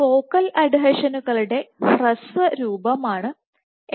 focal അഡിഷനുകളുടെ ഹ്രസ്വ രൂപമാണ് FA'S